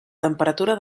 temperatura